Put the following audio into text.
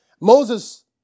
Moses